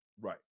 right